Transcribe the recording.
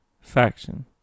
faction